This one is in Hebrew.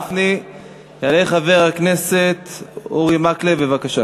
תודה רבה לחבר הכנסת גפני.